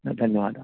धन्यवादः